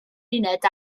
uned